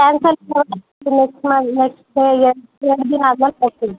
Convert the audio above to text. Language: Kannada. ಕ್ಯಾನ್ಸಲ್ ಕೊಟ್ಟು ನೆಕ್ಸ್ಟ್ ಮಾ ನೆಕ್ಸ್ಟ್ ಡೇಗೆ ಎರಡು ದಿನ ಆದ ಮೇಲೆ ಕೊಡ್ತೀನಿ